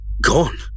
gone